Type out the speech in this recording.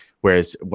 Whereas